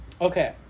Okay